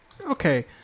Okay